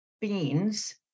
beans